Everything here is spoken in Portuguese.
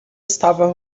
estava